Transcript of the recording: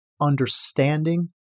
understanding